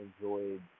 enjoyed